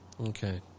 Okay